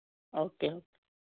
okay